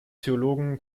theologen